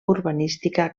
urbanística